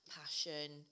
passion